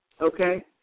okay